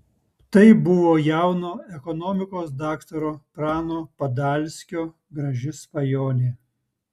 tai buvo jauno ekonomikos daktaro prano padalskio graži svajonė